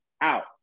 out